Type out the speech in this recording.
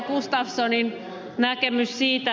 gustafssonin näkemys siitä